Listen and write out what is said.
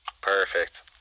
Perfect